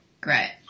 Great